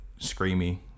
screamy